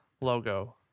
logo